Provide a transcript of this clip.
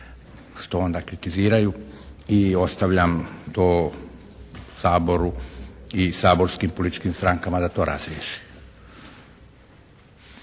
što onda kritiziraju i ostavljam to Saboru i saborskim političkim strankama da to razriješe.